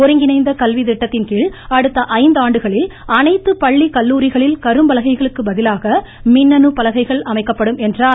ஒருங்கிணைந்த கல்வி திட்டத்தின் கீழ் அடுத்த ஐந்தாண்டுகளில் அனைத்து பள்ளி கல்லூரிகளில் கரும்பலகைகளுக்கு பதிலாக மின்னணு பலகைகள் அமைக்கப்படும் என்றார்